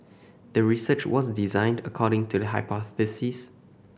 the research was designed according to the hypothesis